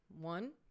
one